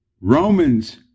Romans